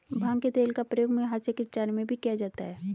भांग के तेल का प्रयोग मुहासे के उपचार में भी किया जाता है